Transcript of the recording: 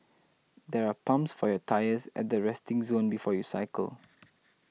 there are pumps for your tyres at the resting zone before you cycle